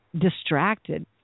distracted